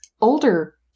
older